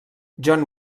john